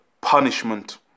punishment